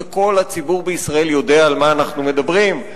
וכל הציבור בישראל יודע על מה אנחנו מדברים.